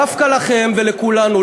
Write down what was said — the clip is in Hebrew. דווקא לכם ולכולנו,